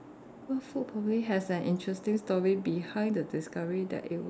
what food probably has an interesting story behind the discovery that it was